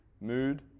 mood